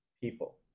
people